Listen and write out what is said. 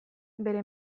bere